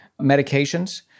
medications